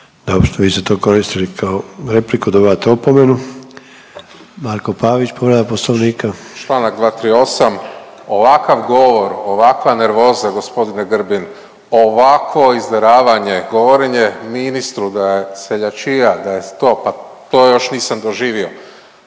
Dobro, vi ste to koristili kao repliku, dobivate opomenu. Marko Pavić, povreda Poslovnika. **Pavić, Marko (HDZ)** Članak 238., ovakav govor, ovakva nervoza gospodine Grbin, ovako izderavanje, govorenje ministru da je seljačija, da je …/Govornik se